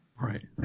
Right